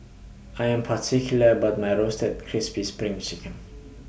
I Am particular about My Roasted Crispy SPRING Chicken